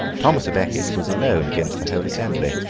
thomas a becket was alone against the whole assembly,